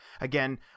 Again